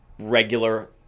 regular